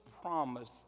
promise